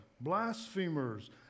blasphemers